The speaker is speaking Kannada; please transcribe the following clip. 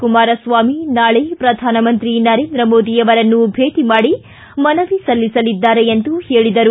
ಕುಮಾರಸ್ವಾಮಿ ನಾಳೆ ಪ್ರಧಾನಮಂತ್ರಿ ನರೇಂದ್ರ ಮೋದಿ ಅವರನ್ನು ಭೇಟಿ ಮಾಡಿ ಮನವಿ ಸಲ್ಲಿಸಲಿದ್ದಾರೆ ಎಂದು ಹೇಳಿದರು